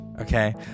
Okay